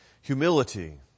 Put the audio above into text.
Humility